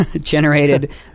generated